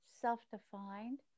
self-defined